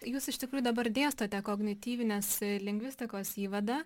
jūs iš tikrųjų dabar dėstote kognityvinės lingvistikos įvadą